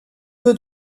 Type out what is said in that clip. peu